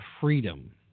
freedom